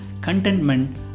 Contentment